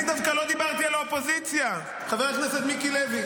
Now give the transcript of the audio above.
שאל את טלי גוטליב.